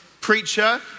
preacher